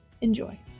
Enjoy